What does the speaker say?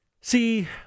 See